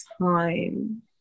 time